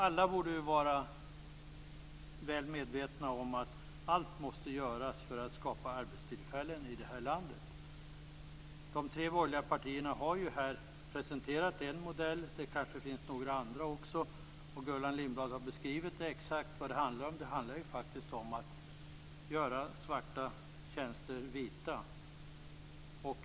Alla borde vara väl medvetna om att allt måste göras för att skapa arbetstillfällen i landet. De tre borgerliga partierna har presenterat en modell. Det kanske finns några andra också. Gullan Lindblad har beskrivit exakt vad det handlar om. Det handlar faktiskt om att göra svarta tjänster vita.